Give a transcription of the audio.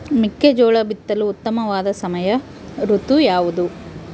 ಮೆಕ್ಕೆಜೋಳ ಬಿತ್ತಲು ಉತ್ತಮವಾದ ಸಮಯ ಋತು ಯಾವುದು?